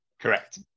Correct